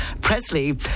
Presley